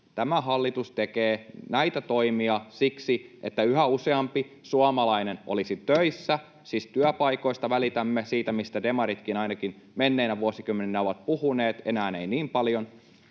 Tämä hallitus tekee näitä toimia siksi, että yhä useampi suomalainen olisi töissä. Siis työpaikoista välitämme — siitä mistä demaritkin ainakin menneinä vuosikymmeninä ovat puhuneet, enää eivät niin paljon